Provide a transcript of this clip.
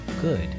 good